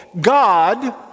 God